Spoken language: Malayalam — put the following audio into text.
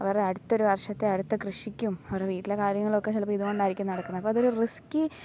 അവറെ അടുത്തൊരു വർഷത്തെ അടുത്ത കൃഷിക്കും അവരുടെ വീട്ടിൽ കാര്യങ്ങളും ഒക്കെ ചിലപ്പോൾ ഇതുകൊണ്ടായിരിക്കും നടക്കുന്നത് അപ്പോൾ അതൊരു റിസ്കി